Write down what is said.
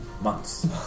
Months